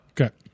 Okay